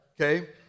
Okay